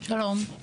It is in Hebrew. שלום.